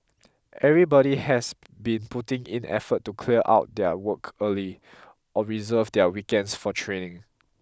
everybody has been putting in effort to clear out their work early or reserve their weekends for training